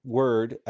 word